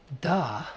duh